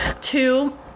Two